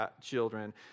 children